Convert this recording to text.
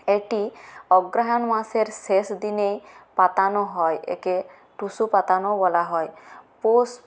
এটি অগ্রহায়ণ মাসের শেষ দিনে পাতানো হয় একে টুসু পাতানোও বলা হয় পৌষ